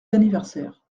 d’anniversaire